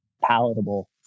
palatable